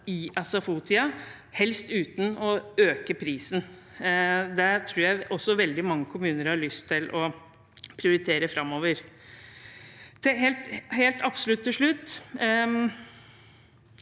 i SFO-tiden, helst uten å øke prisen. Det tror jeg veldig mange kommuner har lyst til å prioritere framover. Helt til slutt